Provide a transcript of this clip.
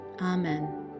Amen